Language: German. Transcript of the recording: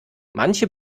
manche